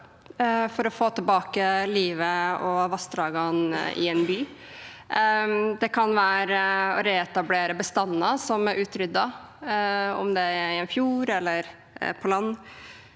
for å få tilbake livet og vassdragene i en by. Det kan være å reetablere bestander som er utryddet, om det er i en fjord eller på land.